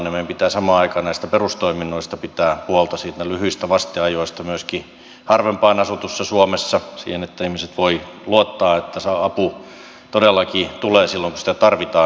meidän pitää samaan aikaan näistä perustoiminnoista pitää huolta lyhyistä vasteajoista myöskin harvempaan asutussa suomessa niin että ihmiset voivat luottaa että apu todellakin tulee silloin kun sitä tarvitaan